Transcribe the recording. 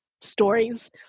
stories